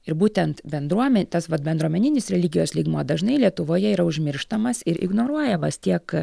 ir būtent bendruomenė tas vat bendruomeninis religijos lygmuo dažnai lietuvoje yra užmirštamas ir ignoruojamas tiek